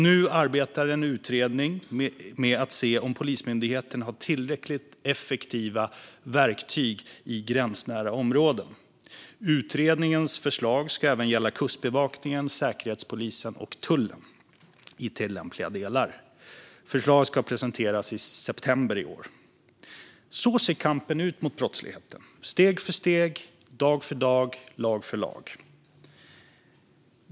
Nu arbetar en utredning med att se om Polismyndigheten har tillräckligt effektiva verktyg i gränsnära områden. Utredningens förslag ska även gälla Kustbevakningen, Säkerhetspolisen och tullen i tillämpliga delar. Förslag ska presenteras i september i år. Så ser kampen mot brottsligheten ut - steg för steg, dag för dag, lag för lag.